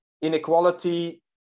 inequality